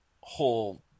whole